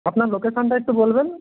আপনার লোকেশানটা একটু বলবেন